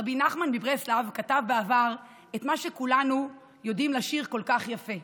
רבי נחמן מברסלב כתב בעבר את מה שכולנו יודעים לשיר כל כך יפה: